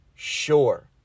Sure